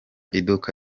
iduka